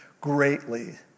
greatly